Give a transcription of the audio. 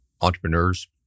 entrepreneurs